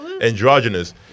androgynous